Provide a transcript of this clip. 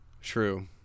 True